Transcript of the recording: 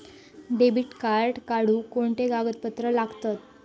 Debit card काढुक कोणते कागदपत्र लागतत?